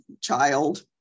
child